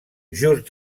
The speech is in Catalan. just